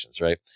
right